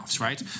right